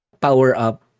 power-up